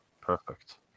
Perfect